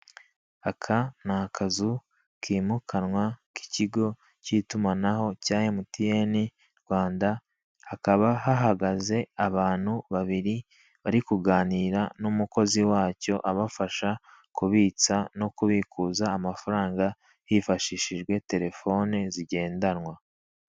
Aka ni akazu kimukanwa k'ikigo k'itumanaho cya emutiyene Rwanda, hakaba hahagaze abantu babiri bari kuganira n'umukozi wacyo abafasha kubitsa no kubikuza amafaranga hifashishijwe terefone zigendanwa.